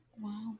Wow